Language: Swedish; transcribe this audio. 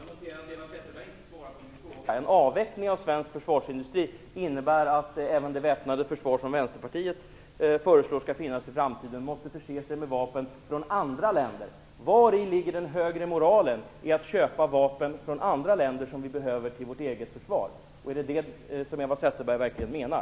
Herr talman! Jag noterar att Eva Zetterberg inte svarar på min fråga. En avveckling av svensk försvarsindustri innebär att även det väpnade försvar som Vänsterpartiet föreslår skall finnas i framtiden måste förses med vapen från andra länder. Vari ligger den högre moralen i att från andra länder köpa de vapen som vi behöver till vårt eget försvar? Är det verkligen det Eva Zetterberg menar?